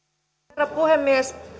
herra puhemies